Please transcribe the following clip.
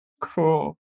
Cool